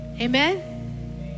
Amen